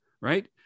right